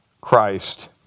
Christ